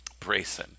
Brayson